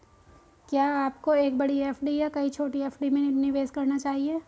क्या आपको एक बड़ी एफ.डी या कई छोटी एफ.डी में निवेश करना चाहिए?